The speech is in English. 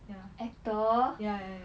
ya ya ya ya